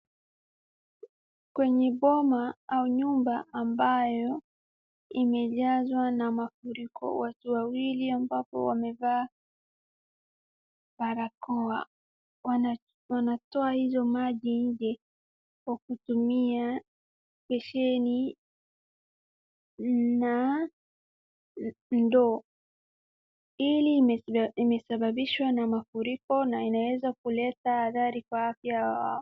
Kwenye boma au nyumba ambayo imejazwa na mafuriko, watu wawili ambao wamevaa barakoa wanatoa hizo maji nje kwa kutumia besheni na ndoo. Hili imesababishwa na mafuriko na inaweza kuleta athari kwa afya yao.